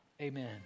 Amen